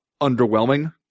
underwhelming